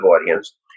audience